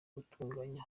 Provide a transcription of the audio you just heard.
gutunganya